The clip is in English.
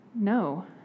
No